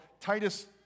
Titus